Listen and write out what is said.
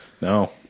No